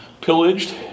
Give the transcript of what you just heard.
pillaged